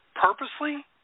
purposely